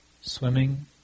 swimming